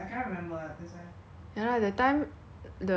remember that time in january then 我们已经 like